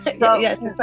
yes